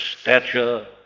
stature